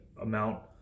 amount